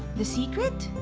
the secret.